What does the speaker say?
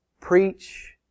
Preach